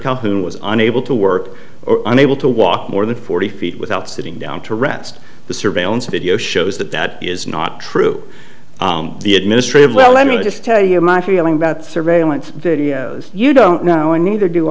calhoun was unable to work or unable to walk more than forty feet without sitting down to rest the surveillance video shows that that is not true the administrative well let me just tell you my feeling about surveillance video you don't know and neither do